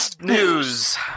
News